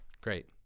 Great